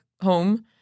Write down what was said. home